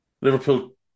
Liverpool